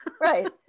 Right